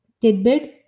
tidbits